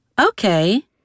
Okay